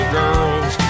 girls